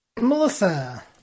Melissa